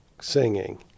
singing